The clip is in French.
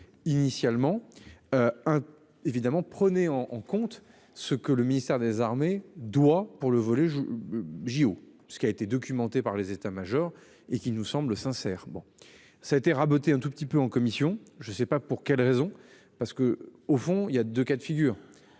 initialement. Hein. Évidemment, prenez en en compte ce que le ministère des Armées doit pour le volet. JO, ce qui a été documenté par les états majors et qui nous semble sincère. Bon ça a été raboté un tout petit peu en commission, je sais pas pour quelle raison parce que, au fond, il y a deux cas de figure.